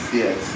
yes